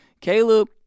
Caleb –